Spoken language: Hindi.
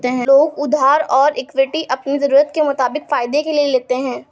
लोग उधार और इक्विटी अपनी ज़रूरत के मुताबिक फायदे के लिए लेते है